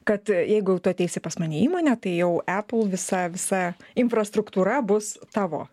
kad jeigu jau tu ateisi pas mane įmonę tai jau apple visa visa infrastruktūra bus tavo